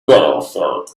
battlefield